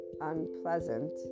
unpleasant